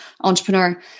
entrepreneur